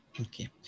Okay